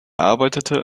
arbeitete